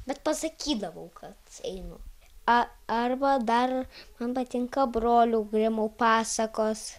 bet pasakydavau kad einu a arba dar man patinka brolių grimų pasakos